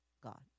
God